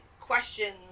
questions